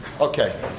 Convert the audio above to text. Okay